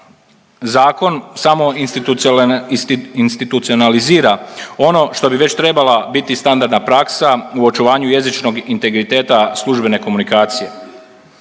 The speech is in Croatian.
Zakon samo institucionalizira ono što bi već trebala biti standardna praksa u očuvanju jezičnog integriteta službene komunikacije.